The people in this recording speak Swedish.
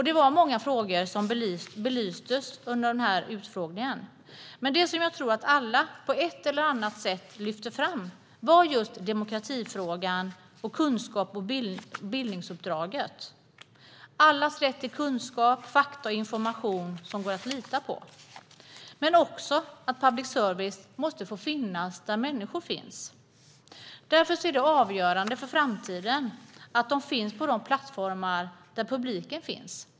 Det var många frågor som belystes under utfrågningen, men det jag tror att alla på ett eller annat sätt lyfte fram var just demokratifrågan och kunskaps och bildningsuppdraget. Det handlar om allas rätt till kunskap, fakta och information som går att lita på. Men det handlar också om att public service måste finnas där människor finns. Därför är det avgörande för framtiden att public service finns på de plattformar där publiken finns.